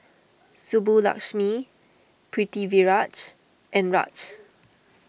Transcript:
Subbulakshmi Pritiviraj and Raj